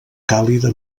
càlida